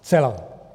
Zcela.